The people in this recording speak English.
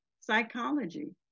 psychology